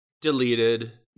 Deleted